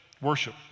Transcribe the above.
worship